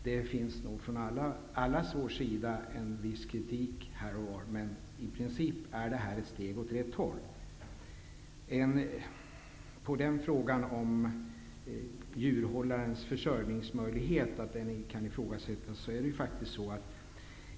Det finns nog en viss kritik här och var från alla sidor. Men i princip är detta ett steg åt rätt håll. Det sades att betydelsen av djurhållarens försörjningsmöjlighet kan ifrågasättas.